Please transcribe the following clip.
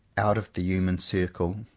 out of the human circle,